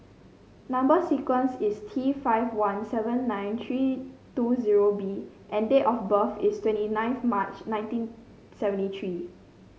number sequence is T five one seven nine three two zero B and date of birth is twenty nineth March nineteen seventy three